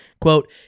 quote